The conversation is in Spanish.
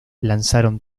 lanzaron